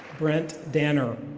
brent danner.